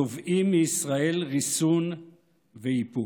תובעים מישראל ריסון ואיפוק.